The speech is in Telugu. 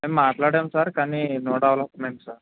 మేం మాట్లాడాం సార్ కానీ నో డెవలప్మెంట్ సార్